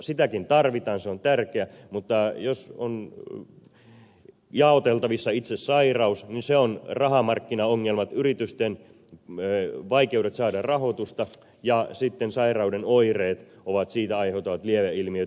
sitäkin tarvitaan se on tärkeää mutta jos on jaoteltavissa itse sairaus niin se on rahamarkkinaongelmat yritysten vaikeudet saada rahoitusta ja sitten sairauden oireet ovat siitä aiheutuvat lieveilmiöt